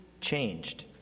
changed